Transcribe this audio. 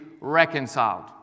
reconciled